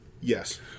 Yes